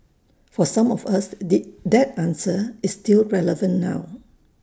for some of us the that answer is still relevant now